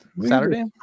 Saturday